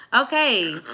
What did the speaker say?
Okay